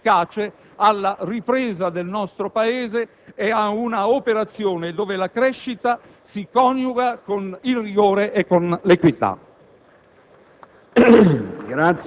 efficiente ed efficace alla ripresa del nostro Paese e ad una operazione in cui la crescita si coniuga con il rigore e con l'equità.